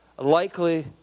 likely